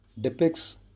depicts